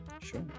Sure